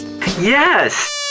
Yes